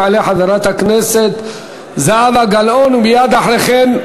תעלה חברת הכנסת זהבה גלאון, ומייד אחרי כן,